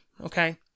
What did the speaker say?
Okay